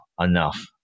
enough